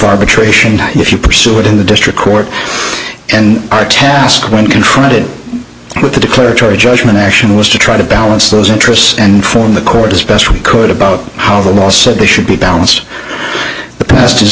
arbitration if you pursue it in the district court and our task when contrasted with the declaratory judgment action was to try to balance those interests and form the court does best we could about how the law said there should be balance the past